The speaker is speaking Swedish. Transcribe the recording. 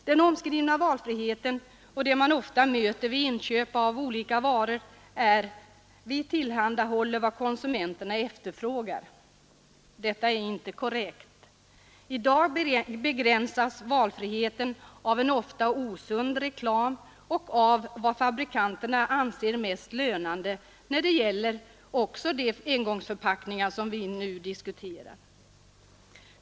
Den omskrivna valfriheten och den motivering man ofta möter vid inköp av olika varor är: ”Vi tillhandahåller vad konsumenterna efterfrågar.” Detta är inte korrekt. I dag begränsas valfriheten av en ofta osund reklam och av vad fabrikanterna anser mest lönande också när det gäller de engångsförpackningar som vi nu diskuterar.